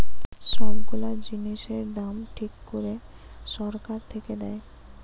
সব গুলা জিনিসের দাম ঠিক করে সরকার থেকে দেয়